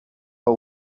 pas